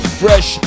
fresh